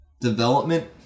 Development